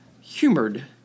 humored